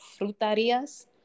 frutarias